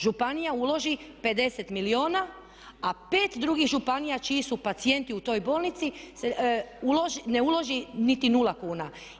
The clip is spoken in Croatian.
Županija uloži 50 milijuna a 5 drugih županija čiji su pacijenti u toj bolnici se ne uloži niti nula kuna.